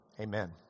Amen